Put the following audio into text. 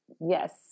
Yes